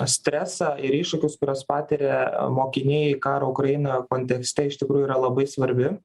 stresą ir iššūkius kuriuos patiria mokiniai karo ukrainoje kontekste iš tikrųjų yra labai svarbi